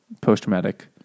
post-traumatic